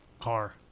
car